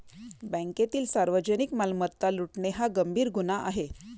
बँकेतील सार्वजनिक मालमत्ता लुटणे हा गंभीर गुन्हा आहे